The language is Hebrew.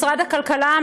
משרד הכלכלה,